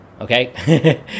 Okay